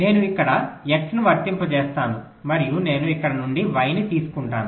నేను ఇక్కడ X ను వర్తింపజేస్తాను మరియు నేను ఇక్కడ నుండి Y ని తీసుకుంటాను